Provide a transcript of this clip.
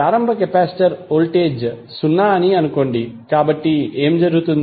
ప్రారంభ capacitor voltage సున్నా అని అనుకోండి కాబట్టి ఏమి జరుగుతుంది